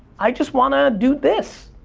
i just want to do this.